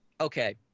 okay